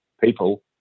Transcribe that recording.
people